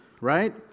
right